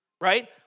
Right